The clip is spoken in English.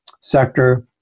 sector